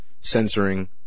censoring